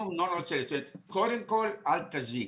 זאת אומרת, קודם כל אל תזיק.